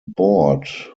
board